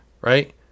right